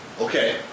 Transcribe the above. Okay